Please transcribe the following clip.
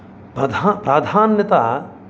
प्रधा प्राधान्यता